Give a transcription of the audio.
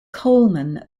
coleman